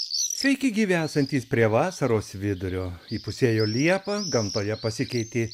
sveiki gyvi esantys prie vasaros vidurio įpusėjo liepa gamtoje pasikeitė